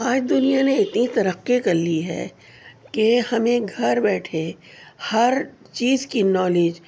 آج دنیا نے اتنی ترقی کر لی ہے کہ ہمیں گھر بیٹھے ہر چیز کی نالج